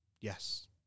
yes